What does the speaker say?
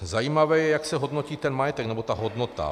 Zajímavé je, jak se hodnotí ten majetek, nebo ta hodnota.